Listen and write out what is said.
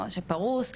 למרות שפרוס,